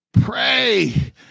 Pray